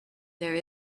there